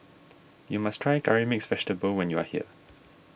you must try Curry Mixed Vegetable when you are here